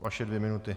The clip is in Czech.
Vaše dvě minuty.